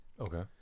okay